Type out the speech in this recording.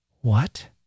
What